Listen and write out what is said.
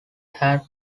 had